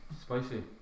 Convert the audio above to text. spicy